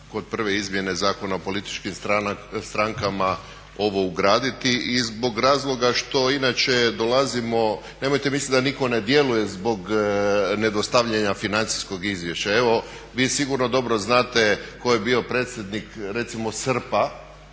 kod prve izmjene Zakona o političkim strankama ovo ugraditi i zbog razloga što inače dolazimo, nemojte misliti da nitko ne djeluje zbog nedostavljanja financijskog izvješća. Evo vi sigurno dobro znate tko je bio predsjednik recimo SRP-a